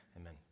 Amen